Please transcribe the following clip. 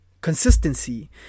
consistency